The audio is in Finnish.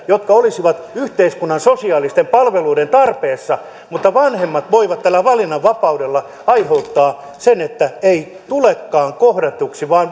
jotka olisivat yhteiskunnan sosiaalisten palveluiden tarpeessa mutta vanhemmat voivat tällä valinnanvapaudella aiheuttaa sen että ei tulekaan kohdatuksi vaan